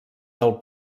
del